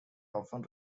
often